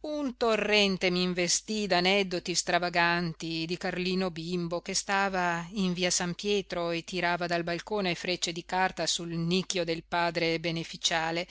un torrente m'investì d'aneddoti stravaganti di carlino bimbo che stava in via san pietro e tirava dal balcone frecce di carta sul nicchio del padre beneficiale